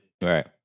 Right